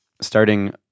starting